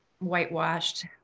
whitewashed